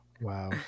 Wow